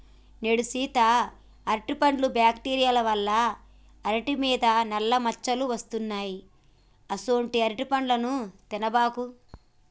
నేడు సీత అరటిపండ్లు బ్యాక్టీరియా వల్ల అరిటి మీద నల్ల మచ్చలు వస్తున్నాయి అసొంటీ అరటిపండ్లు తినబాకు